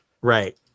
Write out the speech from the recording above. Right